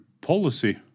policy